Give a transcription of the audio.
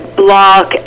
block